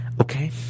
Okay